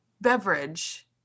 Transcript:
beverage